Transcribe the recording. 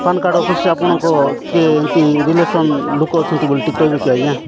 ପାନ୍ card ଅଫିସ୍ରେ ଆପଣଙ୍କ କିଏ ଏମିତି ରିଲେସନ୍ ଲୋକ ଅଛନ୍ତି ବୋଲିି ଟିକିଏ କହିବେ କି ଆଜ୍ଞା